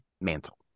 Mantle